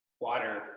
water